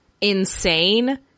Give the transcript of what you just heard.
insane